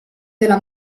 della